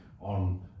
on